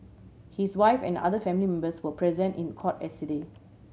his wife and other family members were present in court yesterday